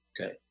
Okay